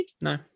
No